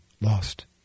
lost